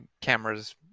cameras